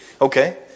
Okay